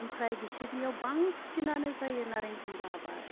ओमफ्राय बिसोरनियाव बांसिनानो जायो नारें कमला बा